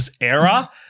era